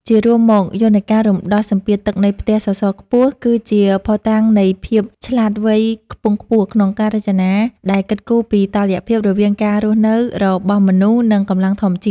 ជារួមមក យន្តការរំដោះសម្ពាធទឹកនៃផ្ទះសសរខ្ពស់ គឺជាភស្តុតាងនៃភាពឆ្លាតវៃខ្ពង់ខ្ពស់ក្នុងការរចនាដែលគិតគូរពីតុល្យភាពរវាងការរស់នៅរបស់មនុស្ស និងកម្លាំងធម្មជាតិ។